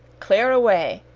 clear away!